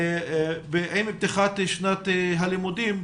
עם פתיחת שנת הלימודים,